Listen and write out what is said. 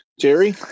Jerry